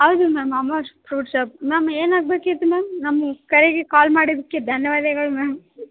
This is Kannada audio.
ಹೌದು ma'am Amar fruit shop ma'am ಏನಾಗಬೇಕಿತ್ತು ಮ್ಯಾಮ್ ನಮ್ಮ ಕರೆಗೆ ಕಾಲ್ ಮಾಡಿದ್ದಕ್ಕೆ ಧನ್ಯವಾದಗಳು ಮ್ಯಾಮ್